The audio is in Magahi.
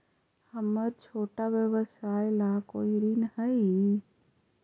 हमर छोटा व्यवसाय ला कोई ऋण हई?